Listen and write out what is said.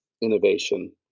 innovation